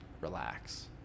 relax